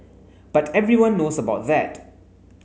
but everyone knows about that